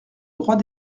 droit